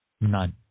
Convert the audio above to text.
none